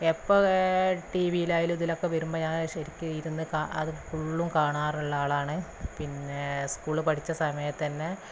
എപ്പവേ ടീ വിയിലായാലും ഇതിലൊക്കെ വരുമ്പോൾ ഞാൻ ശരിക്കും ഇരുന്ന് ഞാനത് ഫുള്ളും കാണാറുള്ള ആളാണ് പിന്നെ സ്കൂളിൽ പഠിച്ച സമയത്ത് തന്നെ